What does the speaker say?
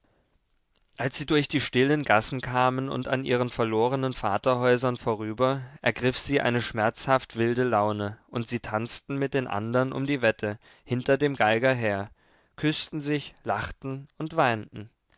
als sie durch die stillen gassen kamen und an ihren verlorenen vaterhäusern vorüber ergriff sie eine schmerzhaft wilde laune und sie tanzten mit den andern um die wette hinter dem geiger her küßten sich lachten und weinten